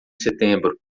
setembro